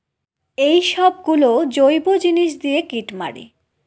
এইসব গুলো জৈব জিনিস দিয়ে কীট মারে